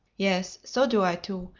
yes, so do i too,